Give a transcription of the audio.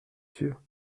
sûr